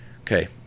okay